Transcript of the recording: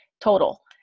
total